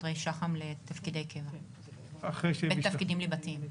9שוטרי שח"מ לתפקידי קבע בתפקידים ליבתיים.